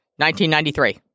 1993